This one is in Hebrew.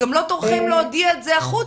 גם לא טורחים להודיע את זה החוצה,